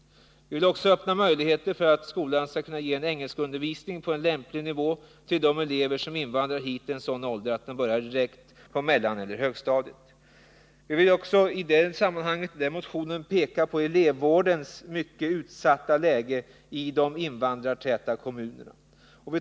Vi vill öppna möjligheter för skolan att ge engelskundervisning på en lämplig nivå till de elever som invandrar hit i en sådan ålder att de direkt börjar på mellaneller högstadiet. Vi pekar i det sammanhanget också på elevvårdens mycket utsatta läge i de invandrartäta kommunerna.